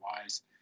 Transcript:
wise